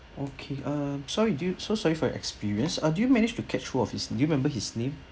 okay um so you do so sorry for your experience uh do you managed to catch through of his do you remember his name